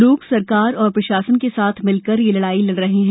लोग सरकार और प्रशासन के साथ मिलकर यह लड़ाई लड़ रहे हैं